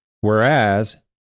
whereas